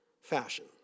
fashion